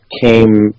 came